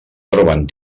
troben